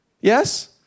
Yes